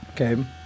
okay